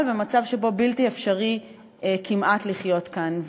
ומצב שבו בלתי אפשרי כמעט לחיות כאן.